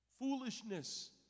foolishness